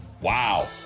Wow